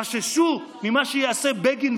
חששו ממה שיעשה בגין,